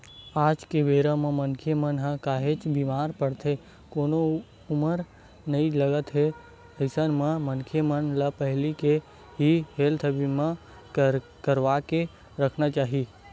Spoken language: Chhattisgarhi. आज के बेरा म मनखे मन ह काहेच बीमार पड़त हे कोनो उमर नइ लगत हे अइसन म मनखे मन ल पहिली ले ही हेल्थ बीमा करवाके रखना चाही